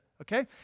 okay